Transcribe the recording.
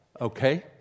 okay